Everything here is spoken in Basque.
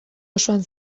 osoan